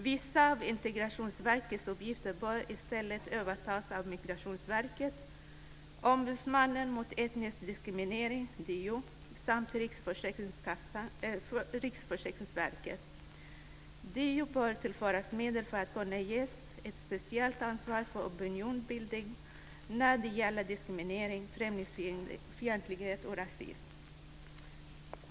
Vissa av Integrationsverkets uppgifter bör i stället övertas av Migrationsverket, Ombudsmannen mot etnisk diskriminering, DO, samt Riksförsäkringsverket. DO bör tillföras medel för att kunna ges ett speciellt ansvar för opinionsbildning när det gäller diskriminering, främlingsfientlighet och rasism.